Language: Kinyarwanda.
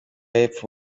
y’epfo